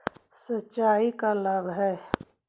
सिंचाई का लाभ है?